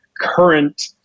current